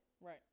Right